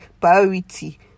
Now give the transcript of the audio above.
priority